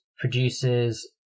produces